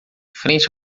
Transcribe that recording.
frente